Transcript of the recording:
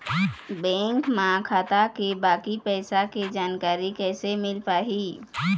Bank म खाता के बाकी पैसा के जानकारी कैसे मिल पाही?